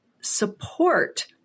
support